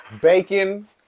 Bacon